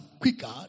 quicker